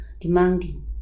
demanding